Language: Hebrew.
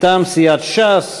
מטעם סיעת ש"ס,